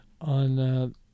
on